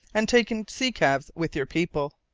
and taken sea-calves with your people.